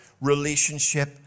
relationship